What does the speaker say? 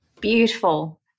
Beautiful